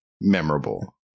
memorable